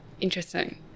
interesting